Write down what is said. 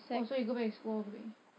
oh so you go back to school all the way